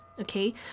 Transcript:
Okay